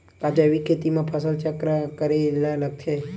का जैविक खेती म फसल चक्र करे ल लगथे?